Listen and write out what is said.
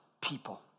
people